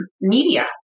media